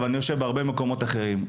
אבל אני יושב בהרבה מקומות אחרים,